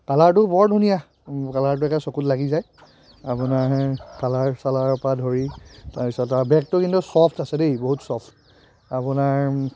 কালাৰটো বৰ ধুনীয়া কালাৰটো একে চকুত লাগি যায় আপোনাৰ কালাৰ চালাৰৰ পৰা ধৰি তাৰপিছত আৰু বেগটো কিন্তু ছফ্ট আছে দেই বহুত ছফ্ট আপোনাৰ